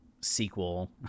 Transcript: sequel